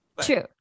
True